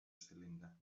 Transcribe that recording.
cylinder